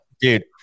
dude